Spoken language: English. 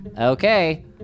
Okay